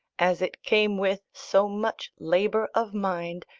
as it came with so much labour of mind,